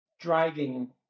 driving